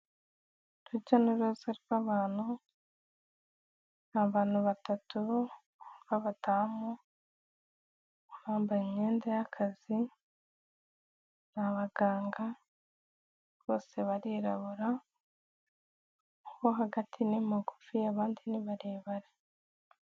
Ndetse n'uruza rw'abantu. Abantu batatu bo b'abadamu bambaye imyenda y'akazi, ni abaganga, bose barirabura, uwo hagati ni magufi abandi barebare.